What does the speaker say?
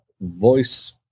voice